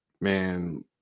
man